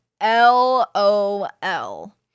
L-O-L